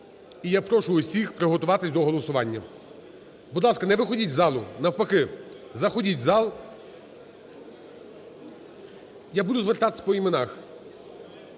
І я прошу усіх приготуватись до голосування. Будь ласка, не виходьте з залу, навпаки, заходьте в зал. Я буду звертатися до іменах.